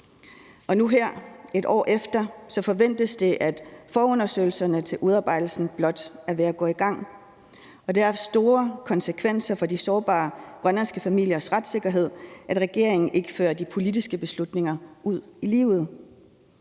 Nu her et år efter forventes det, at forundersøgelserne til udarbejdelsen blot er ved at gå i gang. Og det har haft store konsekvenser for de sårbare grønlandske familiers retssikkerhed, at regeringen ikke fører de politiske beslutninger ud i livet.